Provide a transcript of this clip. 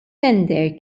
tender